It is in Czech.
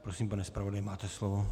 Prosím, pane zpravodaji, máte slovo.